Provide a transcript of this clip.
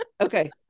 Okay